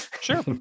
Sure